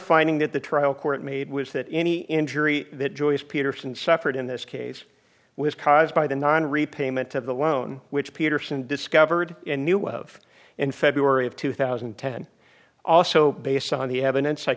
finding that the trial court made was that any injury that joyce peterson suffered in this case was caused by the nine repayment of the loan which peterson discovered and knew of in february of two thousand and ten also based on the evidence i